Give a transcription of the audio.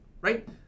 right